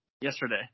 yesterday